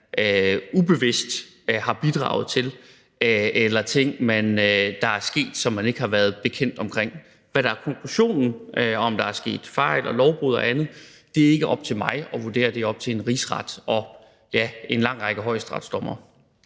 ubevidst har bidraget til, eller ting, der er sket, som man ikke har været bekendt med. Hvad der er konklusionen, om der er sket fejl og lovbrud og andet, er ikke op til mig at vurdere; det er op til en rigsret og en lang række højesteretsdommere.